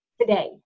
today